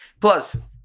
Plus